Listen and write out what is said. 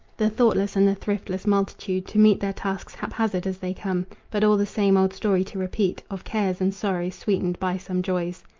the thoughtless and the thriftless multitude to meet their tasks haphazard as they come, but all the same old story to repeat of cares and sorrows sweetened by some joys.